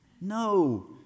No